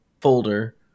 folder